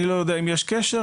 אני לא יודע אם יש קשר,